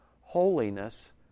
holiness